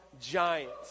giants